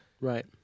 Right